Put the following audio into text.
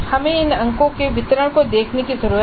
हमें इन अंकों के वितरण को देखने की जरूरत है